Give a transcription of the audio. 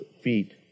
feet